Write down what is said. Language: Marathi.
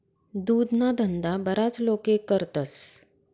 दुधना धंदा बराच लोके करतस